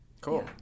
cool